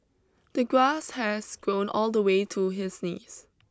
the grass has grown all the way to his knees